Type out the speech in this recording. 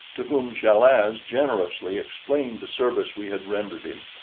to whom chal-az generously explained the service we had rendered him,